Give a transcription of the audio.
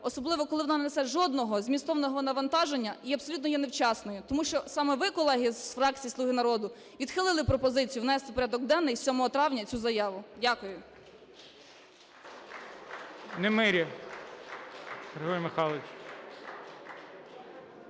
особливо коли вона не несе жодного змістовного навантаження і абсолютно є невчасною. Тому що саме ви, колеги з фракції "Слуга народу", відхилили пропозицію внести в порядок денний 7 травня цю заяву. Дякую.